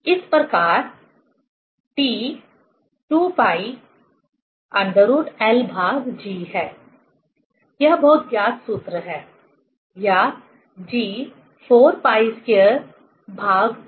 इस प्रकार T 2π√Lg हैं यह बहुत ज्ञात सूत्र है या g 4π2T2L सही